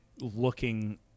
looking